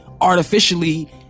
artificially